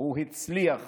הוא הצליח